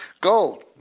Gold